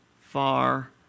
far